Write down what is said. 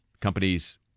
Companies